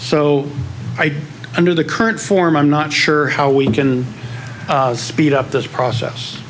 do under the current form i'm not sure how we can speed up this process